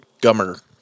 Gummer